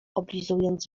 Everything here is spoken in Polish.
oblizując